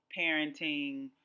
parenting